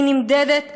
היא נמדדת באידיאולוגיה,